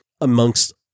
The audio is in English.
amongst